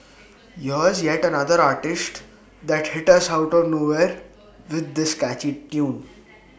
here's yet another artiste that hit us out of nowhere with this catchy tune